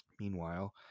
Meanwhile